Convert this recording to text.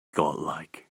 godlike